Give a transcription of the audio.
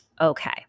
Okay